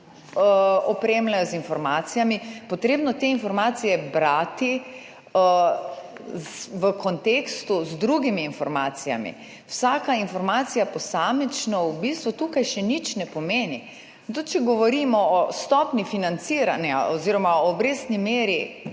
opremlja z informacijami, potrebno te informacije brati v kontekstu z drugimi informacijami. Vsaka informacija posamično v bistvu tukaj še nič ne pomeni. Tudi če govorimo o stopnji financiranja oziroma o obrestni meri